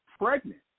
pregnant